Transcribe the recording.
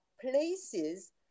places